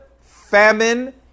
famine